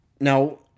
Now